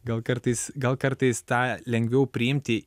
gal kartais gal kartais tą lengviau priimti